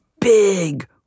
big